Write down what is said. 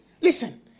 listen